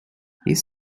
his